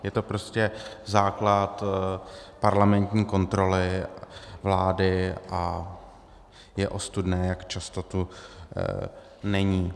Je to prostě základ parlamentní kontroly vlády a je ostudné, jak často tu není.